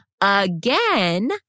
again